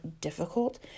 difficult